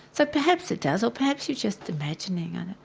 so perhaps it does or perhaps you're just imagining and it,